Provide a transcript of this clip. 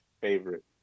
favorite